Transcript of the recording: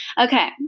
Okay